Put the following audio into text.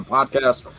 Podcast